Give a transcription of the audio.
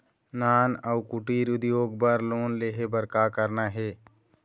नान अउ कुटीर उद्योग बर लोन ले बर का करना हे?